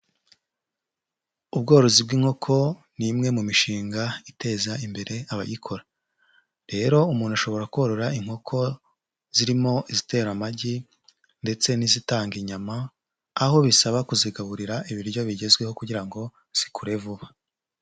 Ubworozi bw'inkoko ni imwe mu mishinga iteza imbere abayikora, rero umuntu ashobora korora inkoko zirimo izitera amagi ndetse n'izitanga inyama, aho bisaba kuzigaburira ibiryo bigezweho kugira ngo zikure vuba.